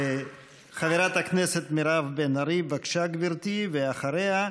חברת הכנסת מירב בן ארי, בבקשה, גברתי, ואחריה,